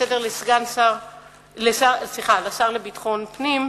שר המשפטים ביום כ"ט בכסלו התש"ע (16 בדצמבר 2009):